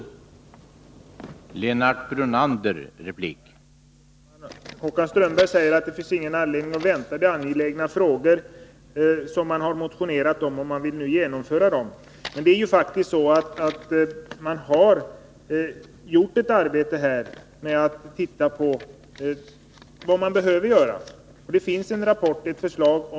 Onsdagen den